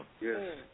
Yes